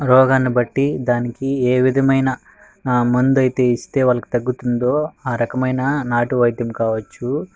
రోగాన్ని బట్టి దానికి ఏ విధమైన మందు అయితే ఇస్తే వాళ్ళకి తగ్గుతుందో ఆ రకమైన నాటువైద్యం కావచ్చు